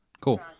Cool